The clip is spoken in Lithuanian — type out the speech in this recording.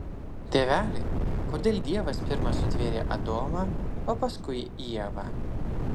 tėveli kodėl dievas pirma sutvėrė adomą o paskui ievą